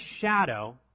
shadow